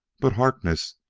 but harkness,